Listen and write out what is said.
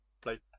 play